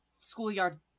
Schoolyard